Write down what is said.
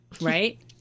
Right